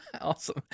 Awesome